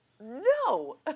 No